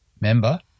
member